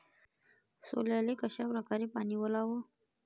सोल्याले कशा परकारे पानी वलाव?